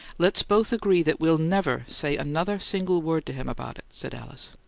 let's both agree that we'll never say another single word to him about it, said alice.